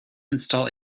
install